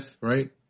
right